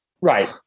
Right